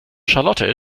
charlotte